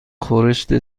خورشت